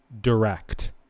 direct